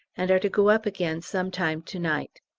and are to go up again some time to-night.